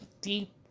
deep